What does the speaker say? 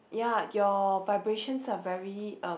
ya your vibrations are very uh